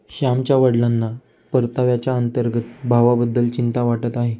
श्यामच्या वडिलांना परताव्याच्या अंतर्गत भावाबद्दल चिंता वाटत आहे